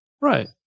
Right